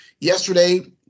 Yesterday